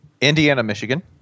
Indiana-Michigan